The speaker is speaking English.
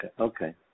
okay